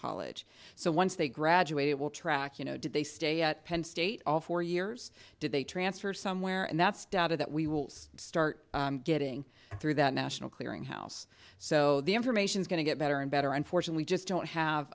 college so once they graduate it will track you know did they stay at penn state all four years did they transfer somewhere and that's data that we will start getting through that national clearinghouse so the information's going to get better and better unfortunately just don't have